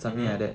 mmhmm